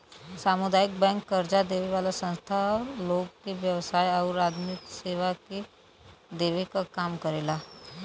सामुदायिक बैंक कर्जा देवे वाला संस्था हौ लोग के व्यवसाय आउर आदमी के सेवा देवे क काम करेला